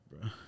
bro